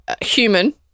Human